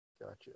Gotcha